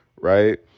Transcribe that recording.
right